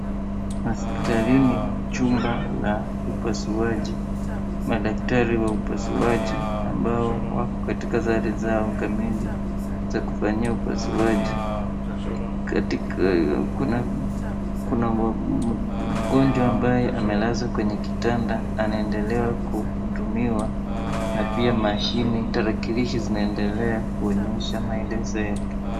Hospitalini chumba la upasuaji, madaktari wa upasuaji ambao wako katika sare zao kamili za kufanyia upasuaji, katika kuna mgonjwa ambaye amelazwa kwenye kitanda anaendela kuhudumiwa na pia mashini tarakilishi zinaendelea kuonyesha maelezo yake.